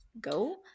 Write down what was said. go